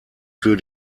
für